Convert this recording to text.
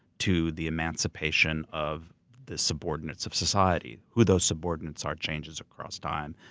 to the emancipation of the subordinates of society. who those subordinates are changes across time.